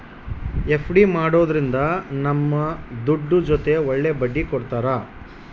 FD ಮಾಡೋದ್ರಿಂದ ನಮ್ ದುಡ್ಡು ಜೊತೆ ಒಳ್ಳೆ ಬಡ್ಡಿ ಕೊಡ್ತಾರ